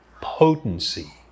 potency